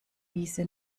wiese